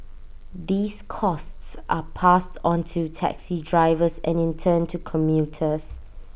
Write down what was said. these costs are passed on to taxi drivers and in turn to commuters